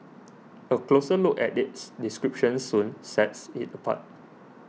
a closer look at its description soon sets it apart